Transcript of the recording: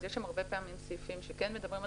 יש שם הרבה פעמים סעיפים שכן מדברים על